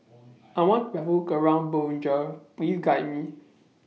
I want to Have Ground Bujumbura Please Guide Me